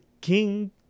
king